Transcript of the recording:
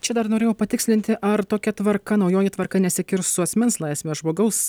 čia dar norėjau patikslinti ar tokia tvarka naujoji tvarka nesikirs su asmens laisve žmogaus